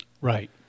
Right